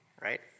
right